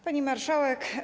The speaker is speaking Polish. Pani Marszałek!